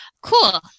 Cool